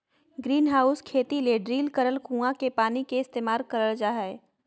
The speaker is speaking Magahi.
ग्रीनहाउस खेती ले ड्रिल करल कुआँ के पानी के इस्तेमाल करल जा हय